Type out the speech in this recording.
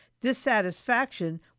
dissatisfaction